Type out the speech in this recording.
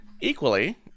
equally